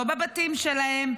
לא בבתים שלהם,